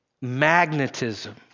magnetism